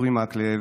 אורי מקלב,